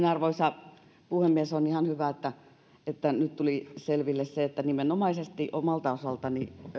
arvoisa puhemies on ihan hyvä että että nyt tuli selville se että omalta osaltani